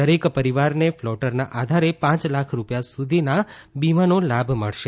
દરેક પરિવારને ફ્લોટરના આધારે પાંચ લાખ રૂપિયા સુધી વીમાનો લાભ મળશે